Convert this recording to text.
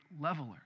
leveler